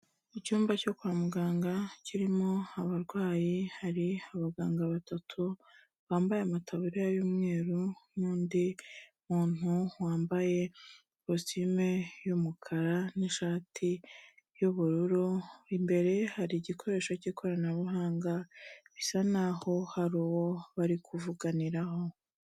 Icyumba cyo kwa muganga kirimo abarwayi, hari abaganga batatu bambaye amataburiya y'umweru, n'undi muntu wambaye ikositime y'umukara n'ishati y'ubururu, imbere hari igikoresho cy'ikoranabuhanga, bisa naho hari uwo bari kuvuganiraho.